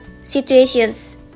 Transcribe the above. situations